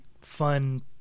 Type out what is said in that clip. fun